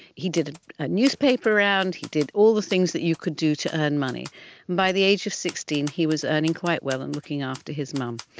he did a newspaper round, he did all the things that you could do to earn money, and by the age of sixteen he was earning quite well and looking after his mum.